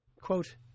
Quote